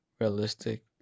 realistic